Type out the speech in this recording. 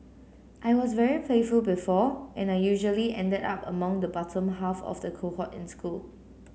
I was very playful before and I usually ended up among the bottom half of the cohort in school